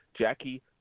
Jackie